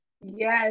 Yes